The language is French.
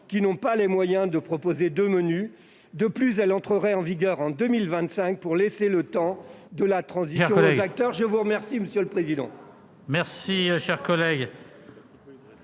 qui n'ont pas les moyens de proposer deux menus. De plus, elle entrerait en vigueur en 2025, pour laisser le temps de la transition aux acteurs. L'amendement n° 2055, présenté